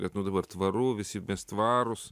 kad nu dabar tvaru visi mes tvarūs